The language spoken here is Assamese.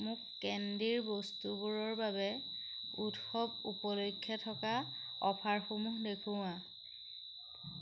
মোক কেণ্ডিৰ বস্তুবোৰৰ বাবে উৎসৱ উপলক্ষে থকা অফাৰসমূহ দেখুওৱা